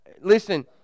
Listen